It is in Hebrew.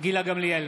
גילה גמליאל,